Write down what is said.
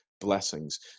blessings